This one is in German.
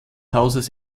hauses